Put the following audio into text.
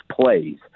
plays